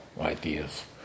ideas